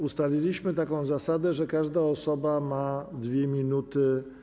Ustaliliśmy taką zasadę, że każda osoba ma 2 minuty.